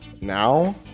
now